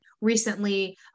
recently